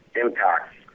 impact